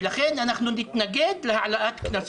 ולכן אנחנו נתנגד להעלאת הקנסות.